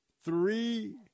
Three